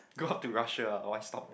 go up to Russia ah got one stop